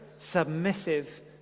submissive